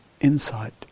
insight